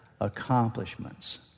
accomplishments